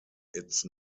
its